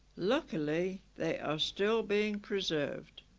luckily they are still being preserved